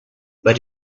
but